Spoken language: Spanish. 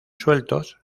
sueltos